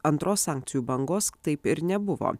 antros sankcijų bangos taip ir nebuvo